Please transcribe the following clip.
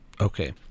Okay